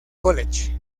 college